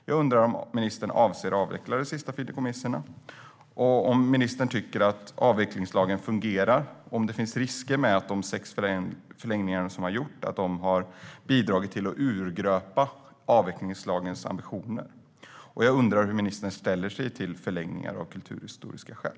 Jag undrar om ministern avser att avveckla de sista fideikommissen och om ministern tycker att avvecklingslagen fungerar. Finns det risk för att de sex förlängningar som gjorts bidrar till att urgröpa avvecklingslagens ambitioner? Jag undrar hur ministern ställer sig till förlängning av kulturhistoriska skäl.